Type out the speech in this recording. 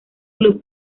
club